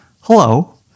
Hello